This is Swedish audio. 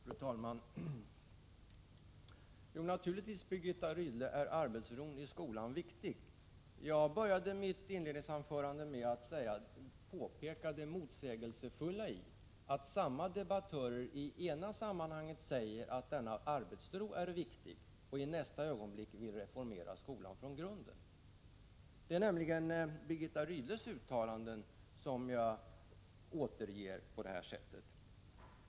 Fru talman! Jo naturligtvis, Birgitta Rydle, är arbetsron i skolan viktig. Jag började mitt inledningsanförande med att påtala det motsägelsefulla i att samma debattörer i det ena sammanhanget säger att denna arbetsro är viktig och i nästa ögonblick vill reformera skolan från grunden. Det är nämligen Birgitta Rydles uttalanden som jag återger på det här sättet.